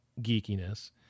geekiness